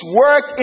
work